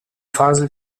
faselt